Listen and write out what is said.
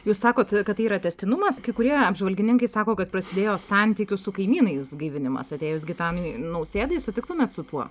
jūs sakot kad tai yra tęstinumas kai kurie apžvalgininkai sako kad prasidėjo santykių su kaimynais gaivinimas atėjus gitanui nausėdai sutiktumėt su tuo